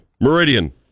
Meridian